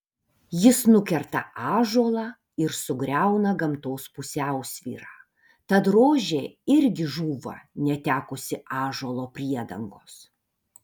jis nukerta ąžuolą ir sugriauna gamtos pusiausvyrą tad rožė irgi žūva netekusi ąžuolo priedangos